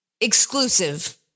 exclusive